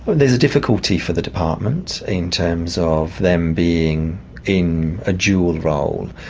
there's a difficulty for the department in terms of them being in a dual role.